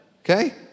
Okay